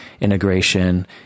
integration